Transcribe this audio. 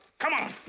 come on.